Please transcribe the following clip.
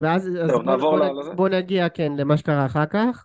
ואז בוא נגיע כן למה שקרה אחר כך